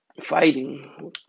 Fighting